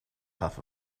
puff